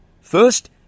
First